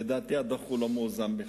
לדעתי הדוח הוא לא מאוזן בכלל.